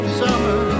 summer